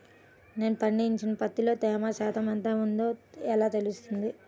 నేను పండించిన పత్తిలో తేమ శాతం ఎంత ఉందో ఎలా తెలుస్తుంది?